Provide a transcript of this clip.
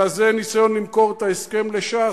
אלא זה ניסיון למכור את ההסכם לש"ס.